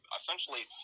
essentially